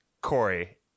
Corey